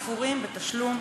בתשלום,